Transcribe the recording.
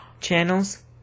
channels